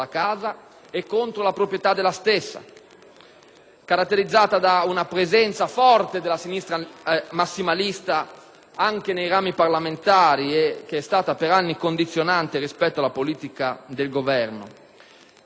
caratterizzata da una presenza forte della sinistra massimalista anche nei rami parlamentari, che è stata per anni condizionante della politica del Governo. All'ostilità